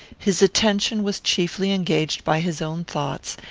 his attention was chiefly engaged by his own thoughts,